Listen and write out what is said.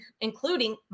including